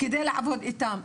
כדי לעבוד איתם,